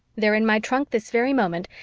they're in my trunk this very moment.